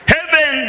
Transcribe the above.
Heaven